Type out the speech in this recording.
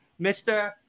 Mr